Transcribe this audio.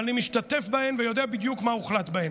אני משתתף בהן ויודע בדיוק מה הוחלט בהן.